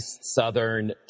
Southern